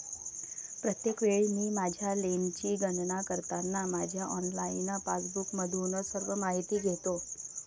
प्रत्येक वेळी मी माझ्या लेनची गणना करताना माझ्या ऑनलाइन पासबुकमधून सर्व माहिती घेतो